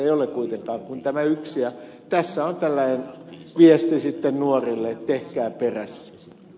ei ole kuitenkaan kuin tämä yksi ja tässä on tällainen viesti nuorille että tehkää perässä